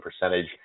percentage